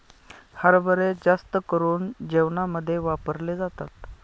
हरभरे जास्त करून जेवणामध्ये वापरले जातात